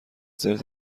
زرت